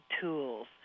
tools